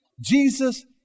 Jesus